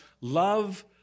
love